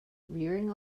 rearing